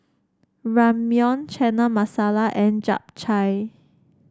Ramyeon Chana Masala and Japchae